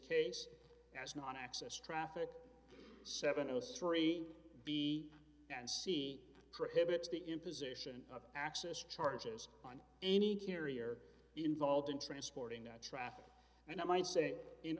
case as not access traffic seven o three b and c prohibits the imposition of access charges on any carrier involved in transporting the traffic and i might say in